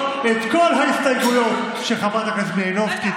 את כל ההסתייגויות של חברת הכנסת מלינובסקי.